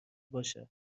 باشه